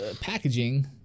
packaging